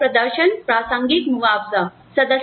तो यह प्रदर्शन प्रासंगिक मुआवजा है